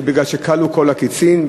זה בגלל שכלו כל הקצין,